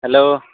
hello